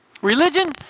Religion